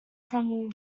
from